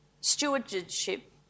stewardship